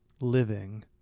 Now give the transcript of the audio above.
living